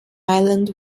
island